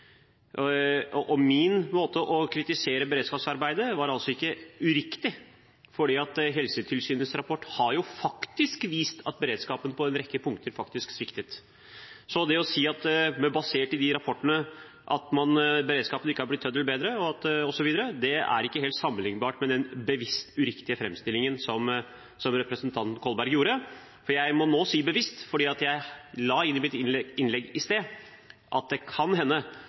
våre merknader. Min måte å kritisere beredskapsarbeidet på var ikke uriktig, for Helsetilsynets rapport har jo vist at beredskapen faktisk sviktet på en rekke punkter. Så det å si, basert på de rapportene, at beredskapen ikke er blitt en tøddel bedre osv., er ikke helt sammenlignbart med den bevisst uriktige framstillingen som representanten Kolberg ga. Jeg må si «bevisst», for jeg la inn i mitt innlegg i sted at det kan hende